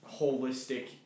holistic